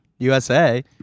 USA